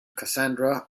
cassandra